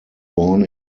born